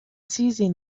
seizing